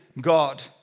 God